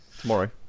tomorrow